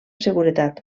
seguretat